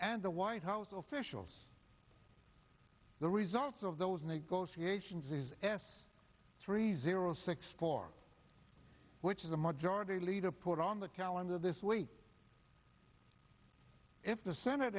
and the white house those officials the results of those negotiations is s three zero six four which is a majority leader put on the calendar this week if the senate